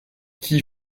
qui